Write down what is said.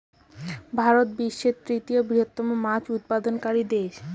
ভারত বিশ্বের তৃতীয় বৃহত্তম মাছ উৎপাদনকারী দেশ